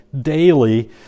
daily